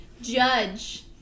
judge